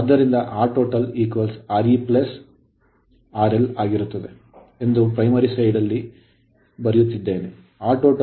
ಆದ್ದರಿಂದ RtotalRe RL ಆಗಿರುತ್ತದೆ ಎಂದು primary side ಪ್ರಾಥಮಿಕ ಕಡೆಯಿಂದ ನಾನು ಇಲ್ಲಿ ಬರೆಯುತ್ತಿದ್ದೇನೆ Rtotal 0